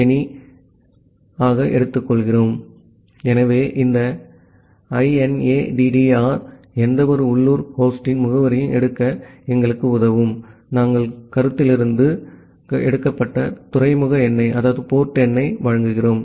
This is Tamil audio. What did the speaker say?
ஆகவே இந்த INADDR எந்தவொரு உள்ளூர் ஹோஸ்டின் முகவரியையும் எடுக்க எங்களுக்கு உதவும் நாங்கள் கருத்திலிருந்து எடுக்கப்பட்ட துறைமுக எண்ணை வழங்குகிறோம்